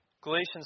Galatians